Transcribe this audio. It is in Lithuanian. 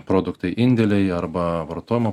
produktai indėliai arba vartojimo